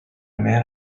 man